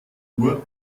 uhr